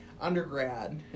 undergrad